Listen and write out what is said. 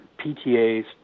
PTAs